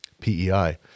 pei